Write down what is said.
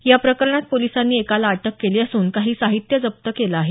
या प्रकरणात पोलिसांनी एकाला अटक केली असून काही साहित्य जप्त केलं आहे